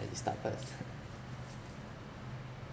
let you start first